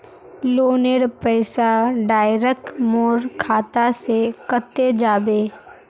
लोनेर पैसा डायरक मोर खाता से कते जाबे?